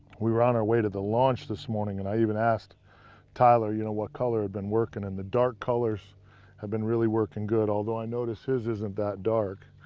we were on our way to the launch this morning and i even asked tyler, you know, what color had been working. and the dark colors have been really working good, although i notice his isn't that dark.